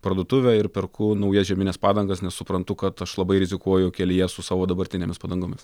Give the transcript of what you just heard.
parduotuvę ir perku naujas žiemines padangas nes suprantu kad aš labai rizikuoju kelyje su savo dabartinėmis padangomis